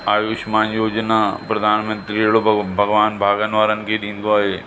आयुष्मान योजना प्रधानमंत्री अहिड़ो भग भॻवान भाॻनि वारनि खे ॾींदो आहे